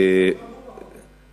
גם הוא רהוט.